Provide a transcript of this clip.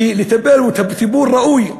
ולטפל בו טיפול ראוי.